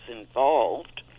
involved